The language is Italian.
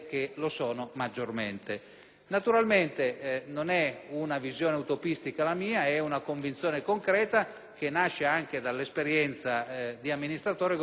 Naturalmente la mia non è una visione utopistica; è una convinzione concreta, che nasce anche dall'esperienza di amministratore che ho potuto maturare in questi anni.